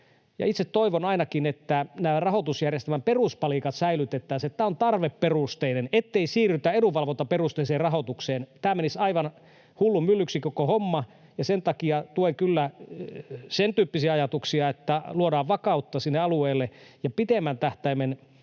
Itse toivon ainakin, että nämä rahoitusjärjestelmän peruspalikat säilytettäisiin, että tämä on tarveperusteinen, ettei siirrytä edunvalvontaperusteiseen rahoitukseen. Tämä menisi aivan hullunmyllyksi koko homma. Sen takia tuen kyllä sentyyppisiä ajatuksia, että luodaan vakautta sinne alueille ja pitemmän tähtäimen